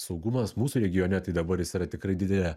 saugumas mūsų regione tai dabar jis yra tikrai didėja